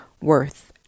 worth